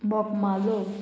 Bogmalo